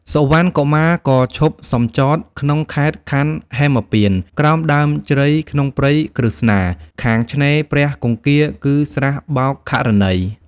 សុវណ្ណកុមារក៏ឈប់សំចតក្នុងខេត្តខណ្ឌហេមពាន្តក្រោមដើមជ្រៃក្នុងព្រៃក្រឹស្នា ខាងឆ្នេរព្រះគង្គារ គឺស្រះបោក្ខរណី។